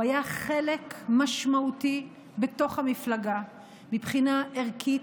הוא היה חלק משמעותי בתוך המפלגה מבחינה ערכית,